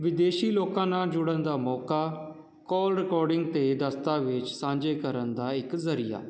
ਵਿਦੇਸ਼ੀ ਲੋਕਾਂ ਨਾਲ ਜੁੜਨ ਦਾ ਮੌਕਾ ਕੋਲ ਰਿਕਾਰਡਿੰਗ ਅਤੇ ਦਸਤਾਵੇਜ਼ ਸਾਂਝੇ ਕਰਨ ਦਾ ਇੱਕ ਜ਼ਰੀਆ